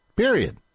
Period